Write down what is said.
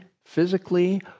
physically